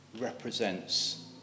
represents